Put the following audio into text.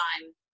time